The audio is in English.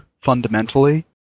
fundamentally